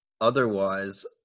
Otherwise